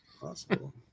Possible